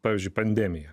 pavyzdžiui pandemiją